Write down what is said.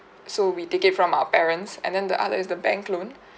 so we take it from our parents and then the other is the bank loan